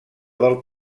del